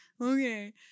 okay